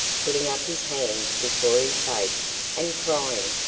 putting up his hands before his face and crying,